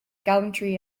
gallantry